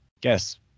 Guess